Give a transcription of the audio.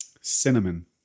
Cinnamon